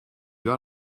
war